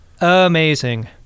amazing